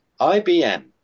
IBM